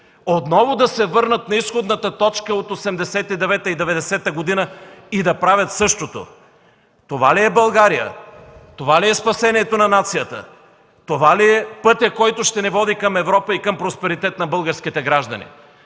отново да се върнат на изходната точка от 1989 и 1990 г. и да правят същото! Това ли е България?! Това ли е спасението на нацията?! Това ли е пътят, който ще ни води към Европа и към просперитет на българските граждани?!